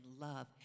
love